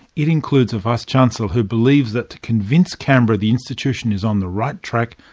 it includes a vice-chancellor who believes that to convince canberra the institution is on the right track,